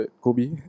Kobe